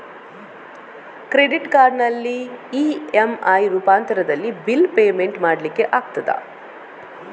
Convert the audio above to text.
Credit ಕಾರ್ಡಿನಲ್ಲಿ EMI ರೂಪಾಂತರದಲ್ಲಿ bill payment ಮಾಡ್ಲಿಕ್ಕೆ ಆಗ್ತದ?